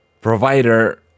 provider